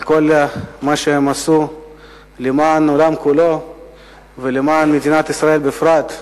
על כל מה שהם עשו למען העולם כולו ולמען מדינת ישראל בפרט.